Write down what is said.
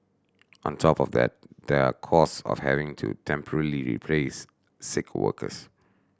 on top of that there are cost of having to temporarily replace sick workers